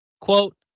quote